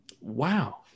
wow